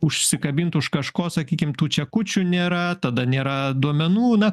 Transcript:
užsikabint už kažko sakykim tų čekučių nėra tada nėra duomenų na